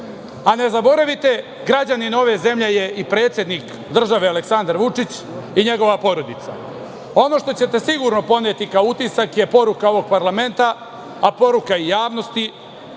a ne zaboravite, građanin ove zemlje je i predsednik države Aleksandar Vučić i njegova porodica. Ono što ćete sigurno poneti kao utisak je poruka ovog parlamenta, a poruka i javnosti